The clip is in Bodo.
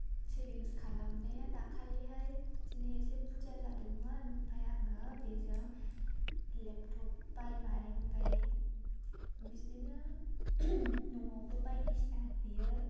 सेभिंस खालामनाया दाखालिहाय बिदिनो एसे बुरजा जादोंमोन ओमफाय आङो बेजों लेपटप बायबाय ओमफाय बिदिनो न'आवबो बायदिसिना होयो